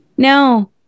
No